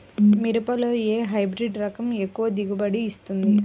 మిరపలో ఏ హైబ్రిడ్ రకం ఎక్కువ దిగుబడిని ఇస్తుంది?